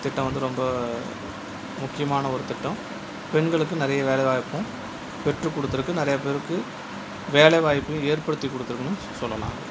திட்டம் வந்து ரொம்ப முக்கியமான ஒரு திட்டம் பெண்களுக்கு நிறைய வேலை வாய்ப்பும் பெற்று கொடுத்து இருக்கு நிறைய பேருக்கு வேலை வாய்ப்பையும் ஏற்படுத்தி கொடுத்துருக்குனு சொல்லலாம்